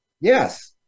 Yes